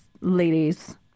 ladies